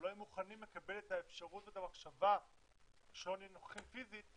ולא היו מוכנים לקבל את האפשרות ואת המחשבה שלא נהיה נוכחים פיזית,